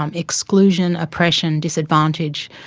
um exclusion, oppression, disadvantage,